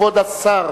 כבוד שר